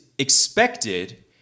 expected